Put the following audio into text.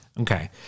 Okay